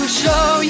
show